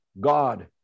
God